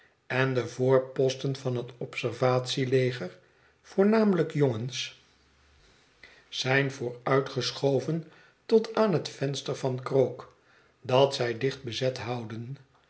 en de voorposten van het observatieleger voornamelijk jongens zijn vooruitgeschoven tot aan het venster van krook dat zij dicht bezet houden